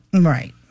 Right